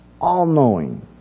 all-knowing